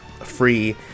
free